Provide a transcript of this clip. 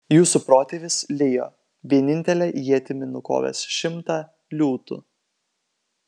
jūsų protėvis lijo vienintele ietimi nukovęs šimtą liūtų